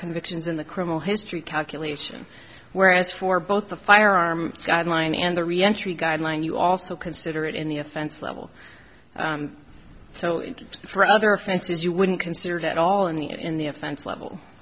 convictions in the criminal history calculation whereas for both the firearm guideline and the reentry guideline you also consider it in the offense level so for other offenses you wouldn't consider it at all in the end in the offense level